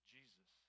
Jesus